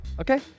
Okay